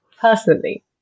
personally